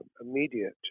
immediate